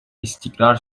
istikrar